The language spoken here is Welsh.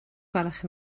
gwelwch